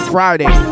Friday